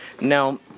Now